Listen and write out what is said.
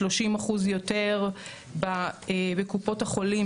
30% בקופות החולים,